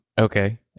Okay